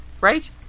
right